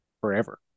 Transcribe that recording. forever